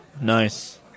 nice